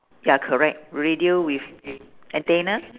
ya correct radio with antenna